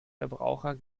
verbraucher